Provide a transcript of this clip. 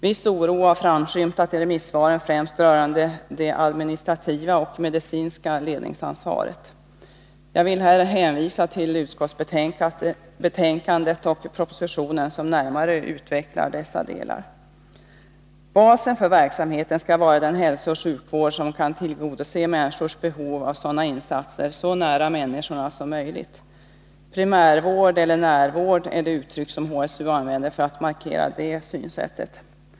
Viss oro har framskymtat i remissvaren, främst rörande det administrativa och medicinska ledningsansvaret. Jag vill här hänvisa till utskottsbetänkandet och propositionen, som närmare utvecklar dessa delar. Basen för verksamheten skall vara den hälsooch sjukvård som kan tillgodose människors behov av sådana insatser så nära människorna som möjligt. Primärvård eller närvård är de uttryck som HSU använder för att markera det synsättet.